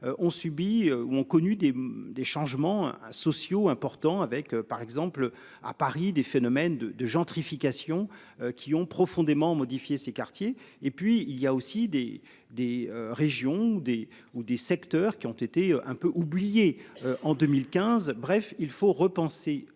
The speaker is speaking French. Ont subi ou ont connu des des changements sociaux important avec par exemple à Paris des phénomènes de de gentrification qui ont profondément modifié ses quartiers et puis il y a aussi des des régions ou des, ou des secteurs qui ont été un peu oubliée. En 2015, bref il faut repenser cela en